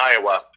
Iowa